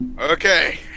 Okay